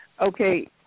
Okay